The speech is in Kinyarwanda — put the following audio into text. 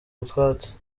utwatsi